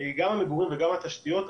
גם המגורים וגם התשתיות,